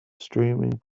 streaming